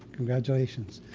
congratulations.